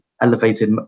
elevated